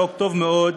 חוק טוב מאוד,